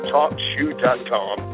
TalkShoe.com